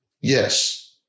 Yes